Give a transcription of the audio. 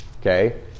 Okay